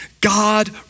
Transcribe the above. God